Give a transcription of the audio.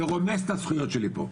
והוא רומס את הזכויות שלי פה.